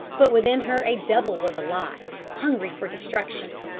but within her a devil was alive, hungry for destruction.